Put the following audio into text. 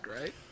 right